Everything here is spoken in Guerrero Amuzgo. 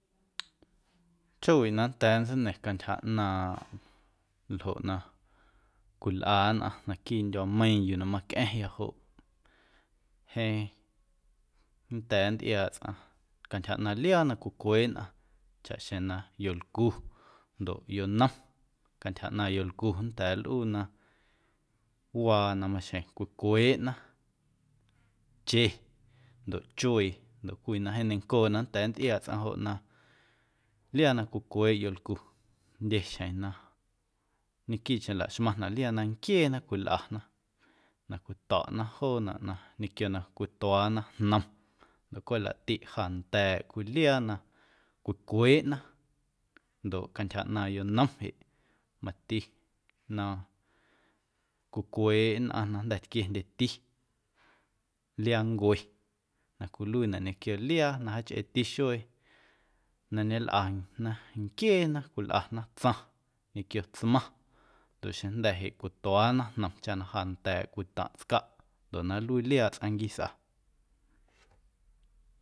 Chjoowiꞌ na nnda̱a̱ nntseina̱ⁿ cantyja ꞌnaaⁿꞌ ljoꞌ na cwilꞌa nnꞌaⁿ naquiiꞌ ndyuaameiiⁿ yuu na macꞌa̱ⁿya joꞌ jeeⁿ nnda̱a̱ nntꞌiaaꞌ tsꞌaⁿ cantyja ꞌnaaⁿꞌ liaa na cwicueeꞌ nnꞌaⁿ chaxjeⁿ na yolcu ndoꞌ yonom cantyja ꞌnaaⁿ yolcu nnda̱a̱ nlꞌuu na waa na maxjeⁿ cwicueeꞌna che ndoꞌ chuee ndoꞌ cwii na jeeⁿ neiⁿncooꞌ na nnda̱a̱ nntꞌiaaꞌ tsꞌaⁿ joꞌ na liaa na cwicueeꞌ yolcu jndye xjeⁿ na ñequiiꞌcheⁿ laxmaⁿnaꞌ liaa na nquieena cwilꞌana na cwito̱ꞌna joonaꞌ ñequio na cwituaana jnom laꞌtiꞌ jaanda̱a̱ꞌ cwii liaa na cwicueeꞌna ndoꞌ cantyja ꞌnaaⁿꞌ yonom jeꞌ mati na cwicueeꞌ nnꞌaⁿ na jnda̱ tquiendyeti liaancue na cwiluiinaꞌ ñequio liaa na jaachꞌeeti xuee na ñelꞌana nquieena cwilꞌana tsaⁿ ñequio tsmaⁿ ndoꞌ xeⁿjnda̱ jeꞌ cwituaana jnom chaꞌ na jaanda̱a̱ꞌ cwii taⁿꞌ tscaꞌ ndoꞌ na nluii liaaꞌ tsꞌaⁿ nquiisꞌa.